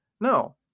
No